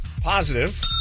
positive